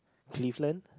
Cleveland